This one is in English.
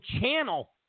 channel